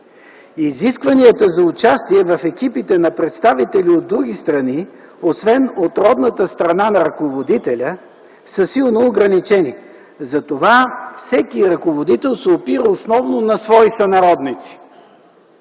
Изискванията за участие в екипите на представители от други страни, освен от родната страна на ръководителя, са силно ограничени. Затова всеки ръководител се опира основно на свои сънародници.